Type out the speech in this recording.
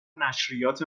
نشریات